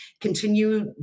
continue